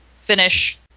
finish